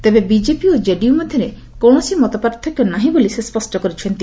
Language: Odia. ତେବେ ବିଜେପି ଓ କେଡିୟୁ ମଧ୍ୟରେ କୌଣସି ମତପାର୍ଥକ୍ୟ ନାହିଁ ବୋଲି ସେ ସ୍ୱଷ୍ଟ କରିଛନ୍ତି